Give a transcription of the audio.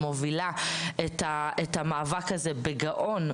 ומובילה את המאבק הזה בגאון,